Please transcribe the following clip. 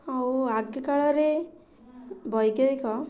ଆଉ ଆଗକାଳରେ ବୈଦ୍ୟକ